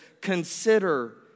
Consider